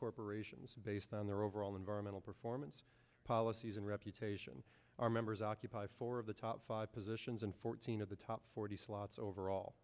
corporations based on their overall environmental performance policies and reputation our members occupy four of the top five positions and fourteen of the top forty slots overall